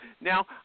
Now